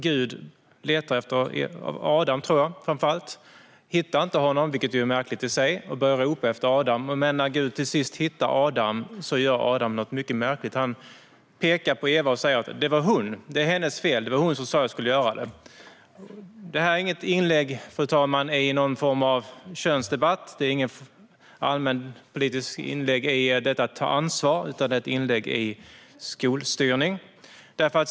Gud letar efter Adam men hittar honom inte, vilket är märkligt i sig, och börjar ropa efter Adam. Men när Gud till sist hittar Adam gör Adam något mycket märkligt. Han pekar på Eva och säger: Det var hon. Det är hennes fel. Det var hon som sa att jag skulle göra det. Fru talman! Det här är inget inlägg i någon form av könsdebatt. Det är inget allmänpolitiskt inlägg om detta att ta ansvar, utan det är ett inlägg om skolstyrning.